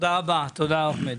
תודה רבה, תודה אחמד.